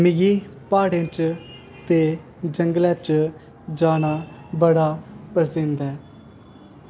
मिगी प्हाड़े ते जंगलें च जाना बड़ा पसंद ऐ